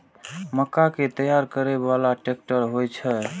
मक्का कै तैयार करै बाला ट्रेक्टर होय छै?